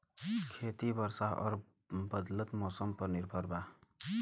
खेती वर्षा और बदलत मौसम पर निर्भर बा